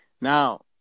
Now